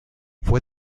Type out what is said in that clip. fue